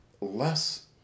less